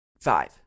five